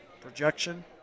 Projection